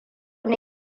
ne